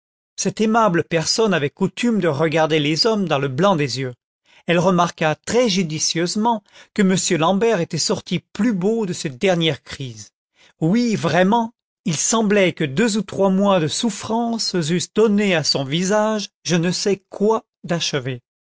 cette aimable personne avait coutume de regarder les hommes dans le blanc des yeux elle remarqua très judicieusement que m l'ambert était sorti plus beau de cette dernière crise oui vraiment il semblait que deux ou trois mois de souffrances eussent donné à son visage je ne sais quoi d'achevé